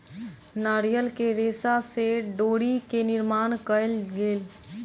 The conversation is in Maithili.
नारियल के रेशा से डोरी के निर्माण कयल गेल